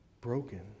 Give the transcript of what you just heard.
broken